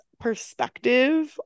perspective